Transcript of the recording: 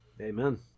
Amen